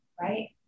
Right